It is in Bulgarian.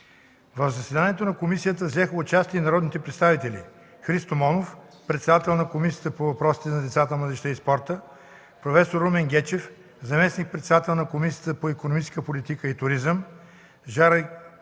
В заседанието на комисията взеха участие народните представители: Христо Монов – председател на Комисията по въпросите на децата, младежта и спорта, проф. Румен Гечев – заместник-председател на Комисията по икономическата политика и туризъм, Жара Георгиева